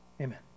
Amen